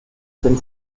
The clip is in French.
scène